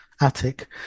Attic